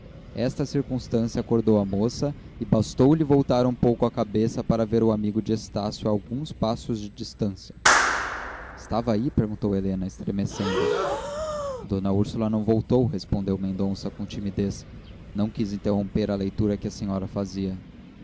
esta circunstância acordou a moça e bastoulhe voltar um pouco a cabeça para ver o amigo de estácio a alguns passos de distância estava aí perguntou helena estremecendo d úrsula não voltou respondeu mendonça com timidez não quis interromper a leitura que a senhora fazia